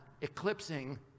eclipsing